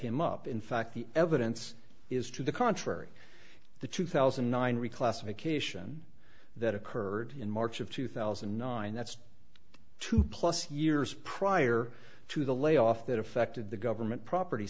him up in fact the evidence is to the contrary the two thousand and nine reclassification that occurred in march of two thousand and nine that's two plus years prior to the layoff that affected the government property